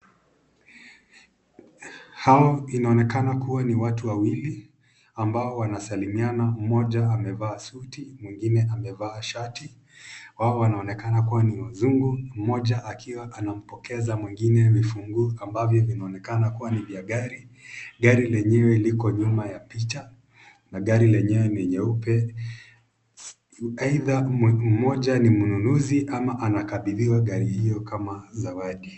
Hawa waoneka ni watu wawili ambayo wanasalimiana moja amefaa suiti mwi amefaa shati hawa wanoonekana kuwa wazungu moja akiwa anaookesa mwingine kifunguu amvyo inoneka kuwà ni funguo vya gari gari lenye iko nyuma ya picha na gari lenye ni nyeupe aita mwita moja ni mnunuzi àma ànakakàpiliwà gari hiyo kamw sawadi.